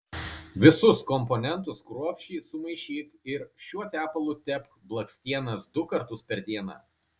visus komponentus kruopščiai sumaišyk ir šiuo tepalu tepk blakstienas du kartus per dieną